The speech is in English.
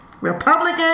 Republican